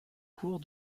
cours